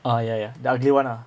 ah ya ya the ugly one lah